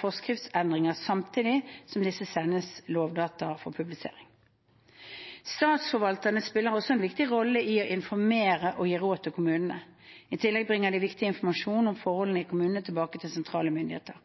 forskriftsendringer samtidig som disse sendes Lovdata for publisering. Statsforvalterne spiller også en viktig rolle i å informere og gi råd til kommunene. I tillegg bringer de viktig informasjon om forholdene i kommunene tilbake til sentrale myndigheter.